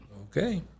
Okay